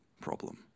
problem